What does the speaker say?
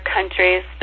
countries